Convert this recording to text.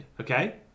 Okay